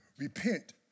Repent